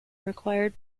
required